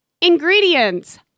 ingredients